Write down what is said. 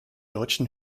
deutschen